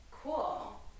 cool